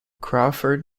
crawford